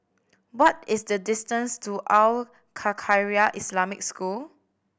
what is the distance to Al Khairiah Islamic School